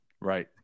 right